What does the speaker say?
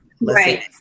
Right